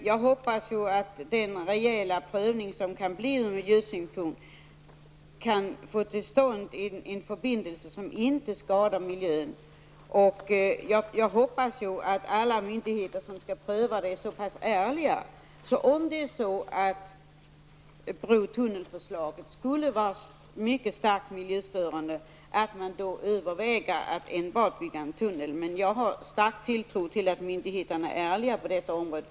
Jag hoppas att den rejäla prövning som kan bli av ur miljösynpunkt kan bidra till att vi får till stånd en förbindelse som inte skadar miljön. Vidare hoppas jag att alla myndigheter som har att arbeta med den här prövningen är så pass ärliga att de, om bro och tunnelförslaget skulle visa sig vara mycket starkt miljöstörande, överväger att enbart bygga tunnel. Jag har en stark tilltro till myndigheterna och deras ärlighet på detta område.